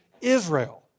Israel